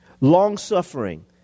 long-suffering